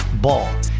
Ball